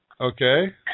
Okay